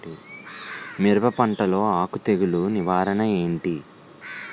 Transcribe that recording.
మిరప పంటలో ఆకు తెగులు నివారణ ఏంటి?